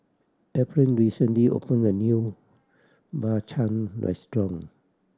Ephriam recently opened a new Bak Chang restaurant